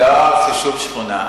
לא הרסו שום שכונה.